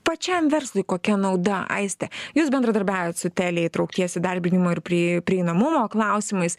pačiam verslui kokia nauda aiste jūs bendradarbiaujat su telia įtraukties įdarbinimo ir pri prieinamumo klausimais